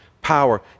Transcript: power